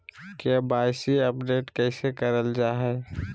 KYC update कैसे करल जाहै?